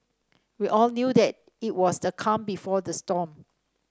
we all knew that it was the calm before the storm